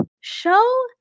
show